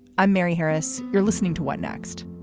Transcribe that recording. i'm mary harris. you're listening to what next.